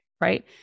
right